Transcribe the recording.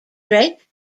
drake